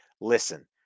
Listen